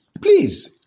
Please